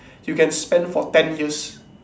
you can spend for ten years